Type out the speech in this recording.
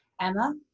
Emma